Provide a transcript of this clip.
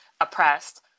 oppressed